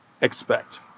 expect